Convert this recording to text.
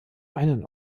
einen